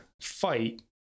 fight